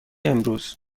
امروز